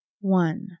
one